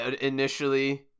initially